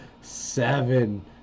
seven